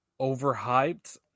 overhyped